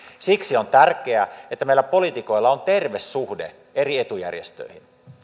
siksi on tärkeää että meillä poliitikoilla on terve suhde eri etujärjestöihin